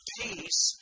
peace